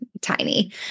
tiny